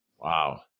Wow